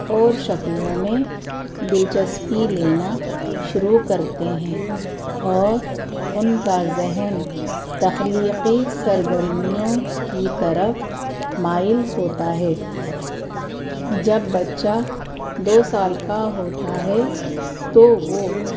اور شکلوں میں دلچسپی لینا شروع کرتے ہیں اور ان کا ذہن تخلیقی سرگرمیوں کی طرف مائل ہوتا ہے جب بچہ دو سال کا ہوتا ہے تو وہ